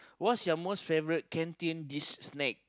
what's your most favourite canteen dish snack